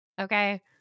okay